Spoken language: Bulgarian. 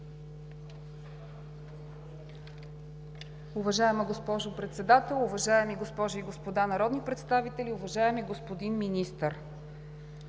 уважаема госпожо Председател. Уважаеми дами и господа народни представители, уважаеми господин Министър!